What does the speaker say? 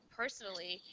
personally